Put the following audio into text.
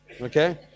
okay